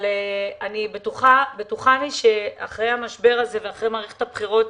אבל בטוחני שאחרי המשבר הזה ואחרי מערכת הבחירות,